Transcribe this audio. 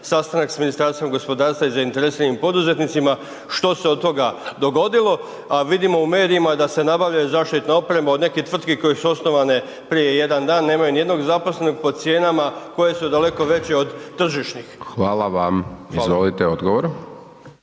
sastanak sa Ministarstvom gospodarstva i zainteresiranim poduzetnicima, što se od toga dogodilo, a vidimo u medijima da se nabavljaju zaštitna oprema od nekih tvrtki koje su osnovane prije 1 dan, nemaju nijednog zaposlenog, po cijenama koje su daleko veće od tržišnih. **Hajdaš Dončić, Siniša